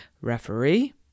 Referee